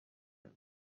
است